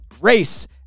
race